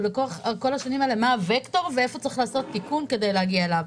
לאורך כל השנים האלה מה הווקטור ואיפה צריך לעשות תיקון כדי להגיע אליו.